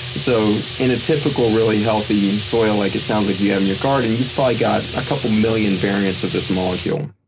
and so in a typical, really healthy soil like it sounds like you have in your garden, you've probably got a couple million variants of this molecule.